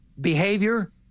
behavior